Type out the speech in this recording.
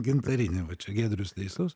gintarinį va čia giedrius teisus